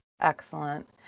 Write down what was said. Excellent